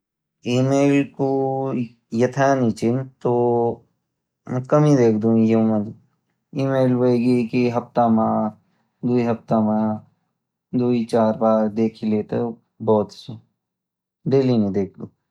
ईमेल भी कुल यथा नी चिन तो मैं कम ही द्वेखदु यो में ईमेल भी एक हफ्ता मा द्वी हफ्ता मा द्वी चार बार देख ही लेतू डेली नी देखदू